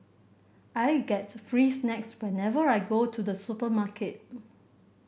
I get free snacks whenever I go to the supermarket